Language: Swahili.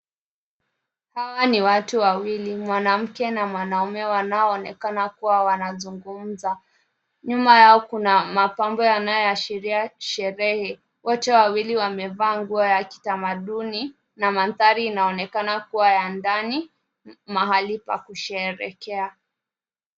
Hawa ni watu wawili, mwanamke na mwanaume, wanaoonekana kua wanazungumza. Nyuma yao kuna mapambo yanayoashiria sherehe. Wote wawili wamevaa nguo ya kitamaduni, na mandhari inaonekana kua ya ndani, mahali pa kusheherekea.